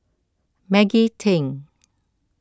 Maggie Teng